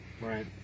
Right